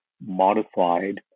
modified